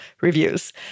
reviews